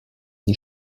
die